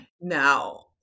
Now